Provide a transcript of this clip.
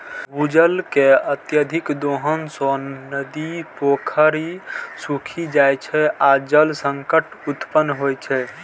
भूजल के अत्यधिक दोहन सं नदी, पोखरि सूखि जाइ छै आ जल संकट उत्पन्न होइ छै